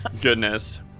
Goodness